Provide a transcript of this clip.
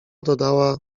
dodała